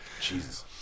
Jesus